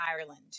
Ireland